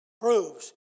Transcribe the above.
proves